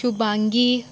Shubhangi